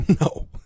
No